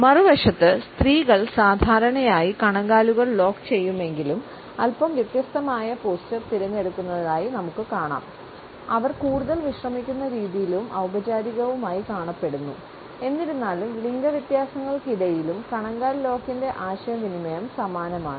മറുവശത്ത് സ്ത്രീകൾ സാധാരണയായി കണങ്കാലുകൾ ലോക്ക് ചെയ്യുമെങ്കിലും അല്പം വ്യത്യസ്തമായ പോസ്ചർ തിരഞ്ഞെടുക്കുന്നതായി കാണാം അവർ കൂടുതൽ വിശ്രമിക്കുന്ന രീതിയിലും ഔപചാരികവുമായി കാണപ്പെടുന്നു എന്നിരുന്നാലും ലിംഗവ്യത്യാസങ്ങൾക്കിടയിലും കണങ്കാൽ ലോക്കിന്റെ ആശയവിനിമയം സമാനമാണ്